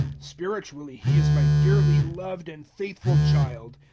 spiritually he is my dearly-loved and faithful child.